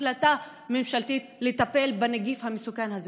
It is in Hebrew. החלטה ממשלתית לטפל בנגיף המסוכן הזה.